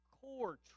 core